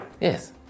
Yes